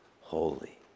holy